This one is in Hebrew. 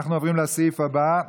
אנחנו עוברים לסעיף הבא,